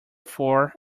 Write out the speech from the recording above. four